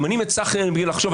ממנים את --- בלי לחשוב.